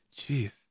Jeez